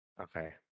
Okay